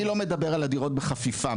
אני לא מדבר על הדירות בחפיפה,